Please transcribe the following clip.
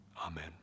amen